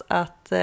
att